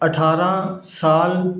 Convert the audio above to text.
ਅਠਾਰ੍ਹਾਂ ਸਾਲ